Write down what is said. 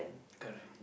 correct